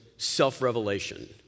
Self-revelation